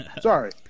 Sorry